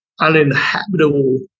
uninhabitable